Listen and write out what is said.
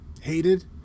hated